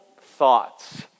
thoughts